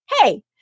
hey